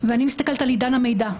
ואני מסתכלת על עידן המידע.